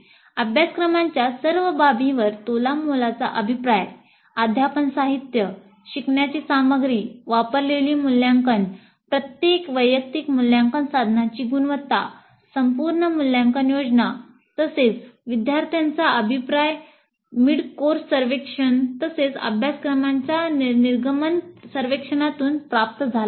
अभ्यासक्रमाच्या सर्व बाबींवर तोलामोलाचा अभिप्राय अध्यापन साहित्य शिकण्याची सामग्री वापरलेली मूल्यांकन मूल्यांकन प्रत्येक वैयक्तिक मूल्यांकन साधनाची गुणवत्ता संपूर्ण मूल्यांकन योजना तसेच विद्यार्थ्यांचा अभिप्राय मध्य कोर्स सर्वेक्षण तसेच अभ्यासक्रमाच्या निर्गमन सर्वेक्षणातून प्राप्त झाला आहे